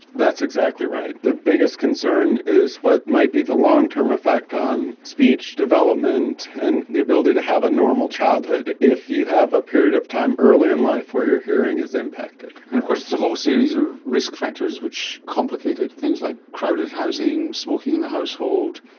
that's exactly right. the biggest concern is what might be the long-term effect on speech development and the ability to have a normal childhood if you have a period of time early in life where your hearing is impacted. and of course there's a whole series of risk factors which complicated things, like crowded housing, smoking in the household,